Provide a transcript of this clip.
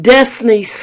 Destiny